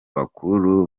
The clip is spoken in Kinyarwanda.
bakuru